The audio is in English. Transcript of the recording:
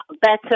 better